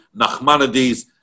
Nachmanides